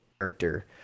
character